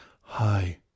Hi